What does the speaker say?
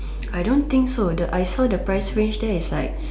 I don't think so the I saw the price range there is like